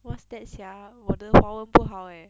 what's that sia 我的华文不好 eh